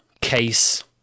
case